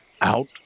out